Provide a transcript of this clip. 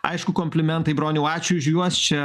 aišku komplimentai broniau ačiū už juos čia